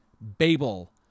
Babel